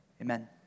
Amen